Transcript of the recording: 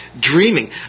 dreaming